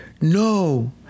no